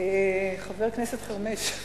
חבר הכנסת חרמש.